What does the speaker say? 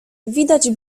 widać